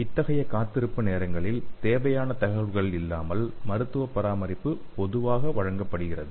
இத்தகைய காத்திருப்பு நேரங்களில் தேவையான தகவல்கள் இல்லாமல் மருத்துவ பராமரிப்பு பொதுவாக வழங்கப்படுகிறது